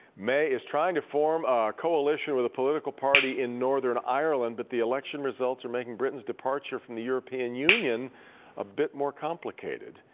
may is trying to form a coalition with a political party in northern ireland, but the election results are making britain's departure from the european union a bit more complicated.